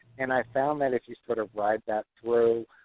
and i've found that if you sort of ride that through,